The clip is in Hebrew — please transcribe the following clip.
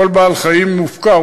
כל בעל-חיים מופקר,